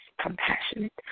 compassionate